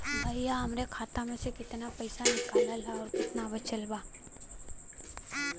भईया हमरे खाता मे से कितना पइसा निकालल ह अउर कितना बचल बा?